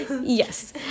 Yes